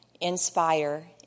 inspire